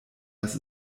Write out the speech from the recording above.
dass